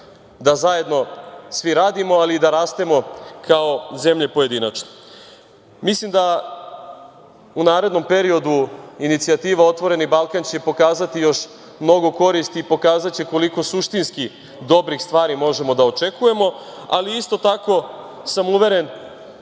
da zajedno svi radimo, ali i da rastemo kao zemlje pojedinačno. Mislim da će u narednom periodu inicijativa „Otvoreni Balkan“ pokazati još mnogo koristi i pokazaće koliko suštinski dobrih stvari možemo da očekujemo, ali isto tako sam uveren